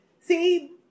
See